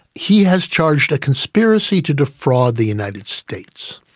he has charged a conspiracy to defraud the united states,